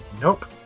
nope